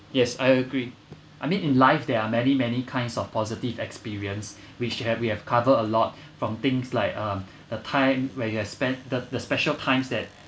yes I agree I mean in life there are many many kinds of positive experience which you have we have cover a lot from things like uh the time where you have spe~ the special times that